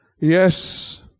yes